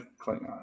Klingon